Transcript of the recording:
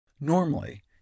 Normally